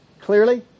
clearly